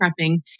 prepping